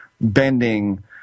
bending